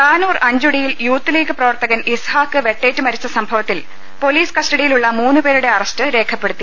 താനൂർ അഞ്ചുടിയിൽ യൂത്ത്ലീഗ് പ്രവർത്തകൻ ഇസ്ഹാഖ് വെട്ടേറ്റ് മരിച്ച സംഭവത്തിൽ പൊലീസ് കസ്റ്റഡിയിലുളള മൂന്ന് പേരുടെ അറസ്റ്റ് രേഖപ്പെടുത്തി